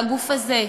והגוף הזה,